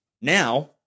Now